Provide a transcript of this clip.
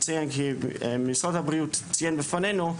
אציין כי משרד הבריאות ציין בפנינו,